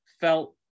felt